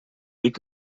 weg